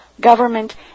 government